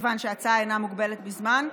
מכיוון שהצעה אינה מוגבלת בזמן.